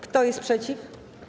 Kto jest przeciw?